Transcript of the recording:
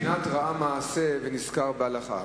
זה מבחינת ראה מעשה ונזכר בהלכה.